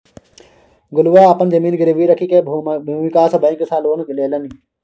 गोलुआ अपन जमीन गिरवी राखिकए भूमि विकास बैंक सँ लोन लेलनि